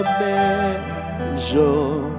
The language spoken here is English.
measure